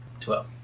Twelve